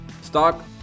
Stock